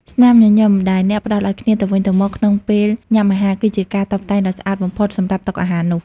ស្នាមញញឹមដែលអ្នកផ្ដល់ឱ្យគ្នាទៅវិញទៅមកក្នុងពេលញ៉ាំអាហារ គឺជាការតុបតែងដ៏ស្អាតបំផុតសម្រាប់តុអាហារនោះ។